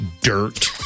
dirt